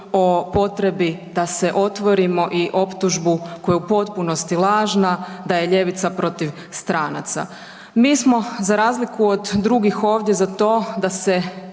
o potrebi da se otvorimo i optužbu koja je u potpunosti lažna da je ljevica protiv stranca. Mi smo za razliku od drugih ovdje za to da se